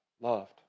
loved